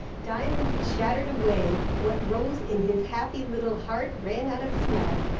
diamond chattered away. what rose in his happy little heart ran out of his mouth,